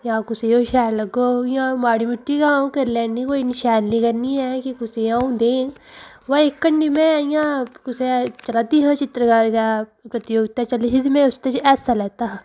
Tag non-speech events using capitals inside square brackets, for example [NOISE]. जां कुसै गी ओह् शैल लग्गग इ'यां माड़ी मुट्टी गै अ'ऊं करी लैन्नी कोई इन्नी शैल नी करनी ऐ कि कुसै अ'ऊं देङ ब कन्नै में [UNINTELLIGIBLE] कुसै चित्रकारी दा प्रतियोगिता में उसदे च हैस्सा लैता हा